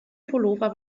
pullover